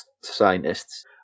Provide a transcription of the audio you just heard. scientists